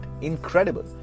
Incredible